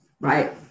Right